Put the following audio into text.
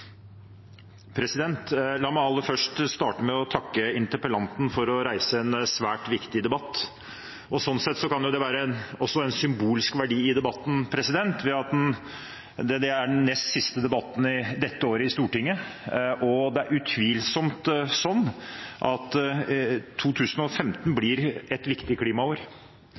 på. La meg aller først starte med å takke interpellanten for å reise en svært viktig debatt. Sånn sett kan det også være en symbolsk verdi i debatten, ved at det er den nest siste debatten dette året i Stortinget. Det er utvilsomt sånn at 2015 blir et viktig